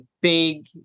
big